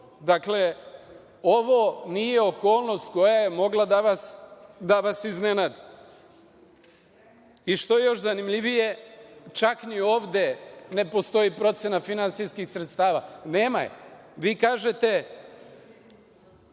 Dakle, ovo nije okolnost koja je mogla da vas iznenadi. Ono što je još zanimljivije, čak ni ovde ne postoji procena finansijskih sredstava. Nema je. Vi kažete